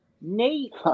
Nate